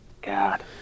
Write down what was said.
god